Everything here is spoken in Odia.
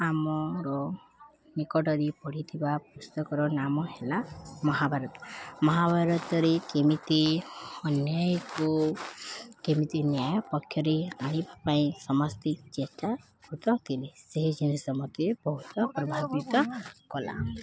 ଆମର ନିକଟରେ ପଢ଼ିଥିବା ପୁସ୍ତକର ନାମ ହେଲା ମହାଭାରତ ମହାଭାରତରେ କେମିତି ଅନ୍ୟାୟକୁ କେମିତି ନ୍ୟାୟ ପକ୍ଷରେ ଆଣିବା ପାଇଁ ସମସ୍ତେ ଚେଷ୍ଟାରତ ଥିଲେ ସେହି ଜିନିଷ ମତେ ବହୁତ ପ୍ରଭାବିତ କଲା